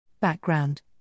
Background